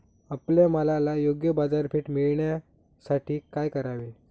आपल्या मालाला योग्य बाजारपेठ मिळण्यासाठी काय करावे?